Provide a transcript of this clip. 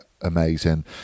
amazing